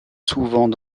souvent